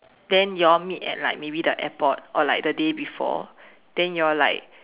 then you all meet at like maybe the airport or like the day before then you all like